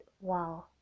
wow